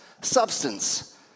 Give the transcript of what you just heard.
Substance